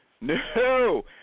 No